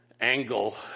angle